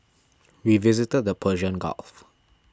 we visited the Persian Gulf